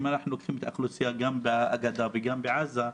אם אנחנו לוקחים את האוכלוסייה גם בגדה וגם בעזה,